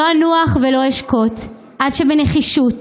לא אנוח ולא אשקוט עד שבנחישות,